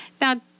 Now